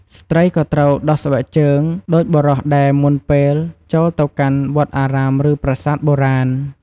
ស្ត្រីក៏ត្រូវដោះស្បែកជើងដូចបុរសដែរមុនពេលចូលទៅកាន់វត្តអារាមឬប្រសាទបុរាណផ្សេងៗ។